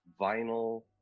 vinyl